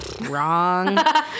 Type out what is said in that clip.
wrong